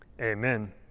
amen